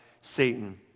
Satan